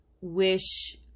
wish